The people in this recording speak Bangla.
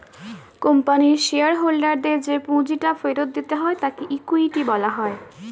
কোম্পানির শেয়ার হোল্ডারদের যে পুঁজিটা ফেরত দিতে হয় তাকে ইকুইটি বলা হয়